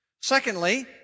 Secondly